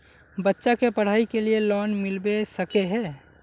बच्चा के पढाई के लिए लोन मिलबे सके है?